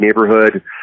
neighborhood